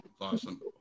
Awesome